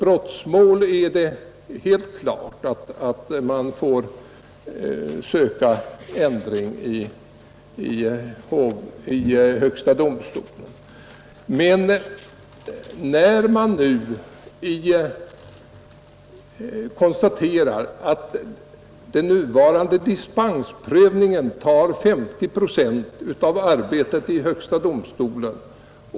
I brottmål är det helt klart att man får söka prövning i högsta domstolen. Man konstaterar att den nuvarande dispensprövningen utgör 50 procent av arbetet i högsta domstolen.